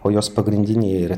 o jos pagrindinėje ir